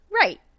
right